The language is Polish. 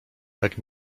tak